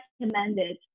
recommended